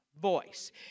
voice